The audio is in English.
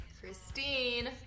christine